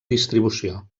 distribució